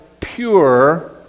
pure